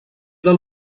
del